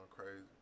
Crazy